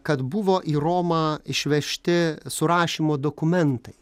kad buvo į romą išvežti surašymo dokumentai